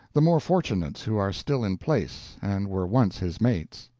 the more-fortunates who are still in place and were once his mates.